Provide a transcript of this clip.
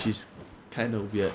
ya 比较危险 lor